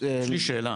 יש לי שאלה.